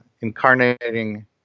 incarnating